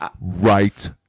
right